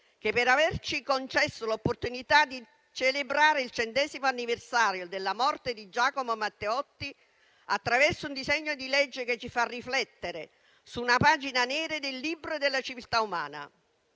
Segre per averci concesso l'opportunità di celebrare il centesimo anniversario della morte di Giacomo Matteotti, attraverso un disegno di legge che ci fa riflettere su una pagina nera del libro della civiltà umana,